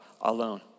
alone